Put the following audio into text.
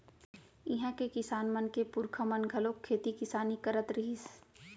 इहां के किसान मन के पूरखा मन घलोक खेती किसानी करत रिहिस